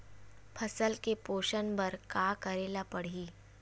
फसल के पोषण बर का करेला पढ़ही?